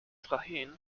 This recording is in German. tracheen